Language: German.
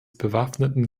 bewaffneten